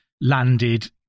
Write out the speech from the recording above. landed